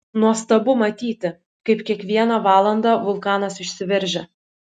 nuostabu matyti kaip kiekvieną valandą vulkanas išsiveržia